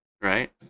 Right